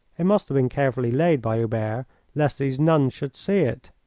it must have been carefully laid by hubert lest these nuns should see it.